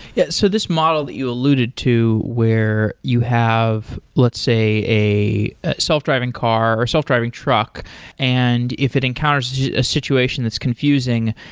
yeah. so this model you alluded to where you have, let's say, a self-driving car or a self-driving truck and if it encounters a situation that's confusing,